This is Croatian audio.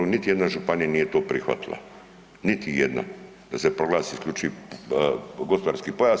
Niti jedna županija nije to prihvatila, niti jedna da se proglasi isključivi gospodarski pojas.